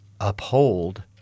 uphold